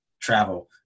travel